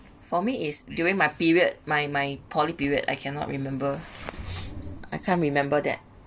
for me is during my period my my poly period I cannot remember I can't remember that